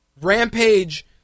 rampage